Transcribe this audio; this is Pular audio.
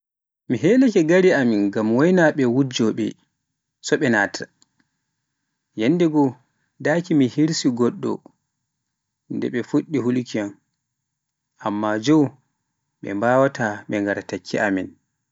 Mi helaake gelle amin ngam wainaɓe ngujjowoɓe so me ɓe naata, yanndego daaki mi hirsi goɗɗo nde ɓe fuɗɗi holuki yam, amma joo ɓe mbawaata ɓe gara takki amin.